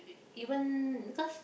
even because